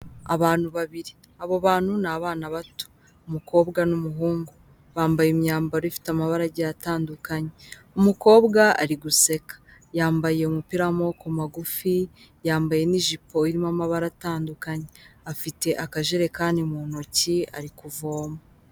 Abantu babiri, abo bantu ni abana bato, umukobwa n'umuhungu, bambaye imyambaro ifite amabara agiye atandukanye, umukobwa ari guseka yambaye umupira w'amaboko magufi yambaye n'ijipo irimo amabara atandukanye, afite akajerekani mu ntoki ari kuvoma.